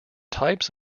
types